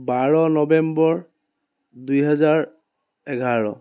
বাৰ নৱেম্বৰ দুহেজাৰ এঘাৰ